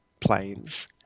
planes